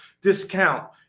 discount